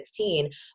2016